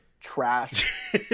trash